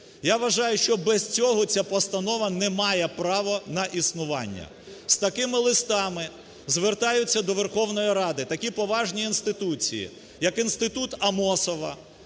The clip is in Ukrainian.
Я вважаю, що без цього ця постанова не має право на існування. З такими листами звертаються до Верховної Ради такі поважні інституції як інститут Амосова,